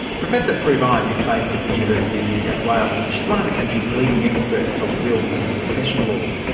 professor prue vines is based at the university of new south wales. she is one of the country's leading experts on wills and succession law.